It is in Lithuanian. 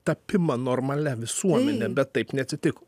tapimą normalia visuomene bet taip neatsitiko